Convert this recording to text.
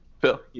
Phil